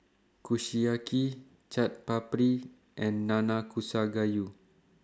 Kushiyaki Chaat Papri and Nanakusa Gayu